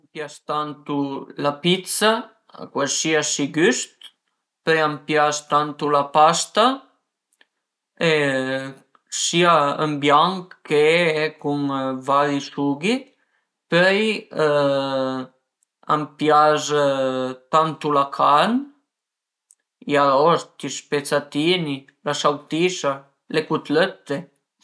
A mi a m'pias tantu la pizza, cualsiasi güst, pöi a m'pias tantu la pasta sia ën bianch che cun vari sughi, pöi a m'pias tantu la carn, i arost, i spezzatini, la sautisa, le cutlëtte